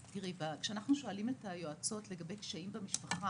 כשאנחנו שואלים את היועצות לגבי קשיים במשפחה,